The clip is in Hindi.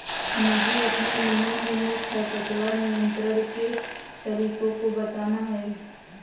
मुझे अपने निबंध में खरपतवार नियंत्रण के तरीकों को बताना है